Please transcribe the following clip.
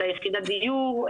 את יחידת הדיור,